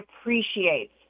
appreciates